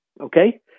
okay